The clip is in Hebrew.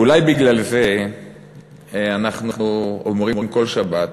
אולי בגלל זה אנחנו אומרים כל שבת